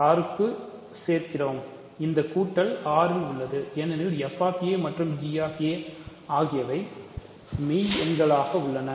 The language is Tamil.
R க்குள் சேர்க்கிறோம் இந்த கூட்டல் R இல் உள்ளது ஏனெனில் f ஆகியவை மெய் எண்களாக உள்ளன